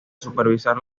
supervisar